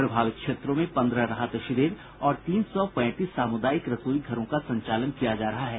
प्रभावित क्षेत्रों में पंद्रह राहत शिविर और तीन सौ पैंतीस सामुदायिक रसोई घरों का संचालन किया जा रहा है